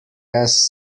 ass